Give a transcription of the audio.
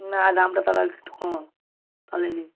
না দামটা তাহলে আর একটু কমাও তাহলে নিই